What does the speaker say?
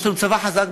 יש לנו צבא חזק,